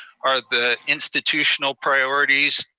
are the institutional priorities.